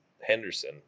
henderson